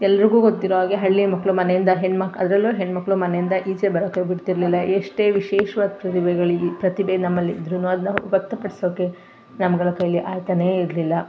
ಎಲ್ಲರಿಗೂ ಗೊತ್ತಿರೋ ಹಾಗೆ ಹಳ್ಳಿ ಮಕ್ಕಳು ಮನೆಯಿಂದ ಹೆಣ್ಣು ಮಕ್ಳು ಅದರಲ್ಲೂ ಹೆಣ್ಣುಮಕ್ಳು ಮನೆಯಿಂದ ಈಚೆ ಬರೋಕೆ ಬಿಡ್ತಿರಲಿಲ್ಲ ಎಷ್ಟೇ ವಿಶೇಷವಾದ ಪ್ರತಿಭೆಗಳಿರಲಿ ಪ್ರತಿಭೆ ನಮ್ಮಲ್ಲಿ ಇದ್ರೂ ಅದನ್ನ ವ್ಯಕ್ತಪಡಿಸೋಕೆ ನಮ್ಗಳ ಕೈಯಲ್ಲಿ ಆಗ್ತನೇ ಇರಲಿಲ್ಲ